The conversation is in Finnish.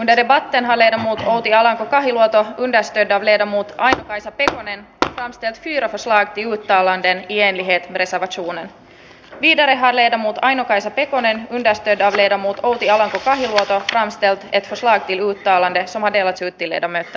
derevo tenholle multialla johtoon kunnes tehdään liedon muut kaisa pelkonen lasten tiedot osa juutalainen je ne lisäävät suomen idän haaleita mutta aino kaisa pekonen hidasteita freedom utopia on hypännyt katsasteltu että sait juutalainen hakevat nyt selonteko hyväksyttiin